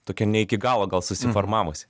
tokia ne iki galo gal susiformavusi